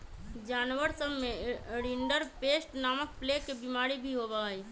जानवर सब में रिंडरपेस्ट नामक प्लेग के बिमारी भी होबा हई